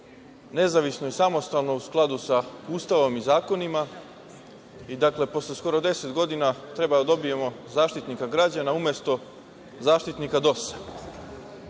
nezavisno i samostalno u skladu sa Ustavom i zakonima. Dakle, posle skoro 10 godina treba da dobijemo Zaštitnika građana umesto zaštitnika